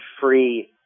free